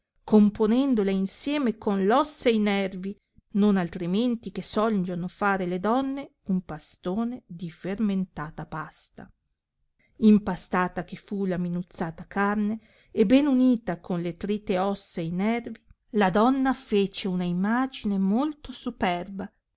carne componendola insieme con ossa e i nervi non altrimenti che sogliono fare le donne un pastone di fermentata pasta impastata che fu la minuzzata carne e ben unita con le trite ossa e i nervi la donna fece una imagine molto superba